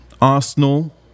Arsenal